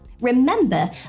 remember